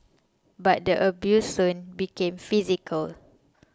but the abuse soon became physical